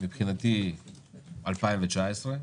מבחינתי 2019,